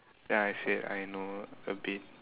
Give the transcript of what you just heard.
then I say I know a bit